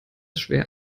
schwer